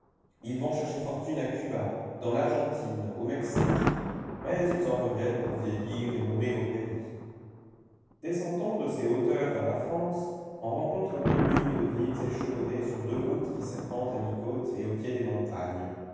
ils vont chercher fortune à cuba dans l'argentine au mexique mais ils en reviennent pour vieillir et mourir au pays descend on de ces hauteurs vers la france on rencontre deux lignes de villes échelonnées sur deux routes qui serpentent à mi-côte et au pied des montagnes